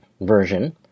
version